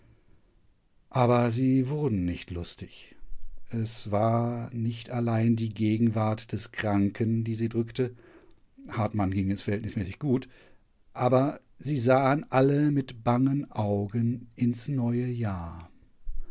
aber sie wurden nicht lustig es war nicht allein die gegenwart des kranken die sie drückte hartmann ging es verhältnismäßig gut aber sie sahen alle mit bangen augen ins neue jahr